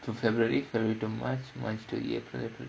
from february february to march march to april april to